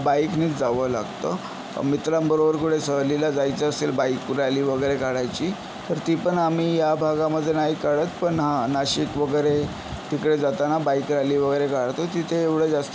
बाईकनीच जावं लागतं मित्रांबरोबर कुठे सहलीला जायचं असेल बाईक रॅली वगैरे काढायची तर ती पण आम्ही या भागामध्ये नाही काढत पण हो नाशिक वगैरे तिकडे जाताना बाईक रॅली वगैरे काढतो तिथे एवढं जास्त